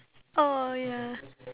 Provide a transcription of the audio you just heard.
oh ya